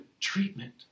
treatment